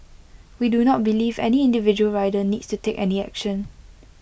we do not believe any individual rider needs to take any action